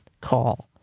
call